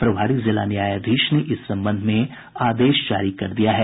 प्रभारी जिला न्यायाधीश ने इस संबंध में आदेश जारी कर दिया है